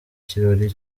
kirori